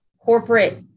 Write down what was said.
corporate